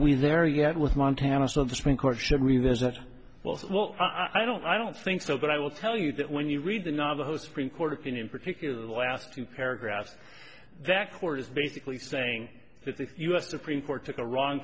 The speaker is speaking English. we there yet was montana so the supreme court should be theirs as well i don't i don't think so but i will tell you that when you read the navajos supreme court opinion particularly the last two paragraphs that court is basically saying that the u s supreme court took a wrong